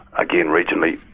again regionally,